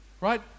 right